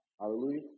Hallelujah